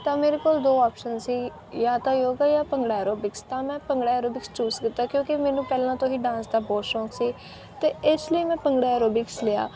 ਤਾਂ ਮੇਰੇ ਕੋਲ ਦੋ ਆਪਸ਼ਨ ਸੀ ਜਾਂ ਤਾਂ ਯੋਗਾ ਜਾਂ ਭੰਗੜਾ ਐਰੋਬਿਕਸ ਤਾਂ ਮੈਂ ਭੰਗੜਾ ਐਰੋਬਿਕਸ ਚੂਸ ਕੀਤਾ ਕਿਉਂਕਿ ਮੈਨੂੰ ਪਹਿਲਾਂ ਤੋਂ ਹੀ ਡਾਂਸ ਦਾ ਬਹੁਤ ਸ਼ੌਂਕ ਸੀ ਅਤੇ ਇਸ ਲਈ ਮੈਂ ਭੰਗੜਾ ਐਰੋਬਿਕਸ ਲਿਆ